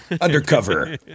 Undercover